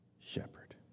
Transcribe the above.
shepherd